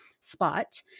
spot